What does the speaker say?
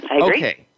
Okay